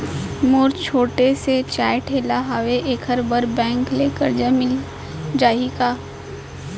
मोर छोटे से चाय ठेला हावे एखर बर बैंक ले करजा मिलिस जाही का?